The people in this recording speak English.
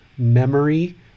memory